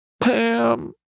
Pam